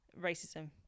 racism